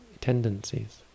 tendencies